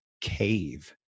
cave